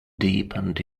deepened